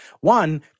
One